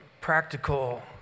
practical